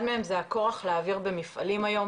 אחד מהם זה הכורח להעביר במפעלים היום.